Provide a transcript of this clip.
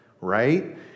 right